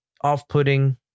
off-putting